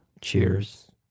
Cheers